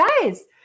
Guys